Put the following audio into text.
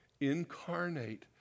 incarnate